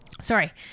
Sorry